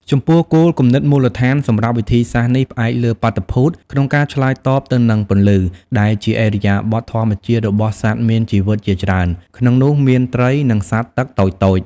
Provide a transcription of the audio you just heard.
ចំពោះ គោលគំនិតមូលដ្ឋាន សម្រាប់វិធីសាស្រ្តនេះផ្អែកលើបាតុភូត ក្នុងការឆ្លើយតបទៅនឹងពន្លឺ ដែលជាឥរិយាបថធម្មជាតិរបស់សត្វមានជីវិតជាច្រើន ក្នុងនោះមានត្រី និងសត្វទឹកតូចៗ។